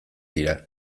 dira